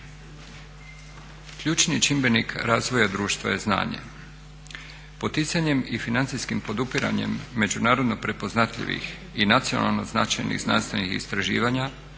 Ključni čimbenik razvoja društva je znanje. Poticanjem i financijskim podupiranjem međunarodno prepoznatljivih i nacionalno značajnih znanstvenih istraživanja